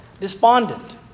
despondent